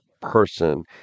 person